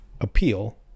appeal